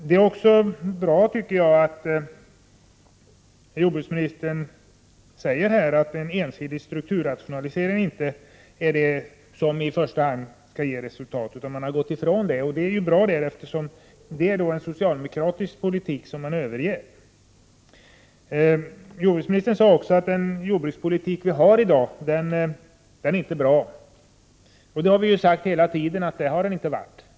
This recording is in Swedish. Det är också bra, tycker jag, att jordbruksministern säger att en ensidig strukturrationalisering inte i första hand är det som skall ge resultat och att man har gått ifrån den tanken. Det är en socialdemokratisk politik som man har övergett, och det är bra. Jordbruksministern sade också att den nuvarande jordbrukspolitiken inte är bra. Det har vi sagt hela tiden.